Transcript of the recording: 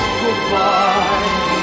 goodbye